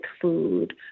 food